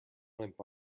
limp